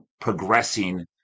progressing